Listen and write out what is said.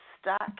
stuck